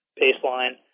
baseline